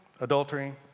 adultery